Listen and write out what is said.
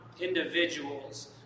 individuals